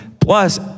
plus